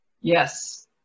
Yes